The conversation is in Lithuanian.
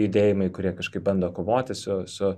judėjimai kurie kažkaip bando kovoti su su